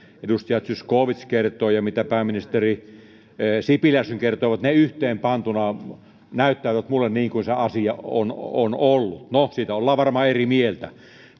edustaja zyskowicz kertoi ja mitä pääministeri sipilä kertoi yhteen pantuna näyttäytyy niin kuin se asia on on ollut no siitä ollaan varmaan eri mieltä